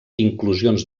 inclusions